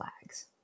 flags